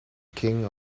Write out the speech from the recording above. king